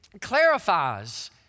clarifies